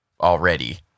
already